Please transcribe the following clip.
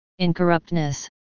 incorruptness